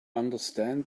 understand